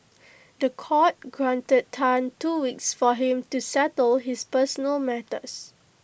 The Court granted Tan two weeks for him to settle his personal matters